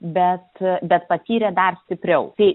bet bet patyrė dar stipriau tai